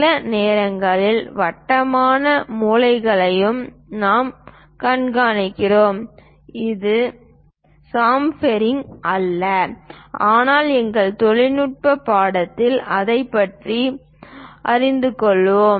சில நேரங்களில் வட்டமான மூலைகளையும் நாங்கள் காண்கிறோம் அது சாம்ஃபெரிங் அல்ல ஆனால் எங்கள் தொழில்நுட்ப பாடத்திட்டத்தில் அதைப் பற்றி அறிந்து கொள்வோம்